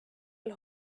all